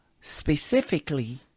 specifically